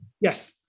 Yes